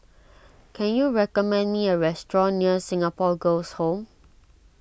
can you recommend me a restaurant near Singapore Girls' Home